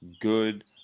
good